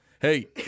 hey